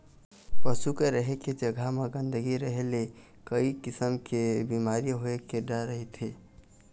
पशु के रहें के जघा म गंदगी रहे ले कइ किसम के बिमारी होए के डर रहिथे